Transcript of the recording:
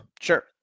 Sure